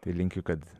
tai linkiu kad